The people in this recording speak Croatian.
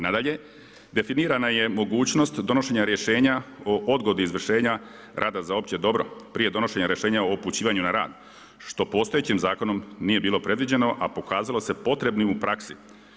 Nadalje, definirana je mogućnost donošenja rješenja o odgodi izvršenja rada za opće dobro prije donošenja rješenja o upućivanju na rad, što postojećim zakonom nije bilo predviđeno, a pokazalo se potrebnim u praksi.